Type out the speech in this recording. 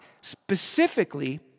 specifically